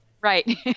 Right